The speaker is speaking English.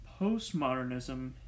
Postmodernism